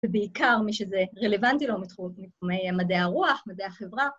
‫ובעיקר מי שזה רלוונטי לו מתחומי ‫מדעי הרוח, מדעי החברה.